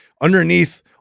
Underneath